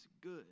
good